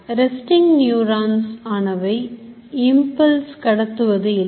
Resting N euronsஆனவை impulse கடத்துவது இல்லை